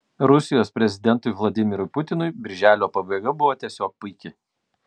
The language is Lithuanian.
rusijos prezidentui vladimirui putinui birželio pabaiga buvo tiesiog puiki